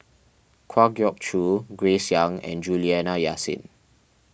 Kwa Geok Choo Grace Young and Juliana Yasin